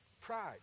pride